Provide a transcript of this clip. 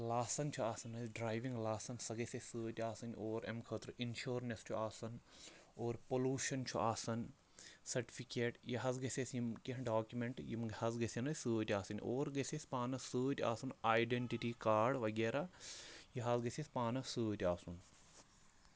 لاسَن چھُ آسان اَسہِ ڈرٛایوِنٛگ لاسَن سۄ گژھِ اَسہِ سۭتۍ آسٕنۍ اور اَمہِ خٲطرٕ اِنشورنٮ۪س چھُ آسان اور پوٚلوٗشَن چھُ آسان سٔٹفِکیٹ یہِ حظ گژھِ اَسہِ یِم کیٚنٛہہ ڈاکِمٮ۪نٛٹ یِم حظ گژھن اَسہِ سۭتۍ آسٕنۍ اور گژھِ اَسہِ پانَس سۭتۍ آسُن آیڈٮ۪نٹِٹی کارڈ وغیرہ یہِ حظ گژھِ اَسہِ پانَس سۭتۍ آسُن